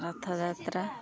Rath Yatra